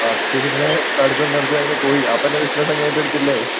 പത്തില് നിന്ന് പഠിത്തം നിർത്തിയങ്ങ് പോയി അപ്പൻ്റെ ബിസിനസ് അങ്ങ് ഏറ്റെടുത്തില്ലേ